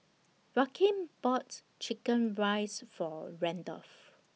Rakeem bought Chicken Rice For Randolf